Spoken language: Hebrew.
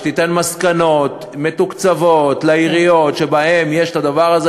שתיתן מסקנות מתוקצבות לעיריות שבהן יש את הדבר הזה.